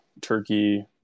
Turkey